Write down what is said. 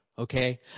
Okay